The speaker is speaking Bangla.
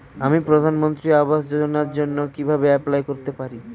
আমি প্রধানমন্ত্রী আবাস যোজনার জন্য কিভাবে এপ্লাই করতে পারি?